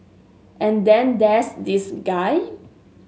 and then there's this guy